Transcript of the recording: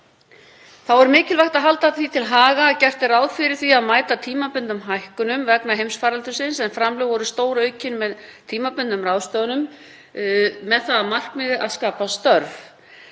Þá er mikilvægt að halda til að haga að gert er ráð fyrir því að mæta tímabundnum hækkunum vegna heimsfaraldursins en framlög voru stóraukin með tímabundnum ráðstöfunum með það að markmiði að skapa störf.